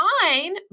fine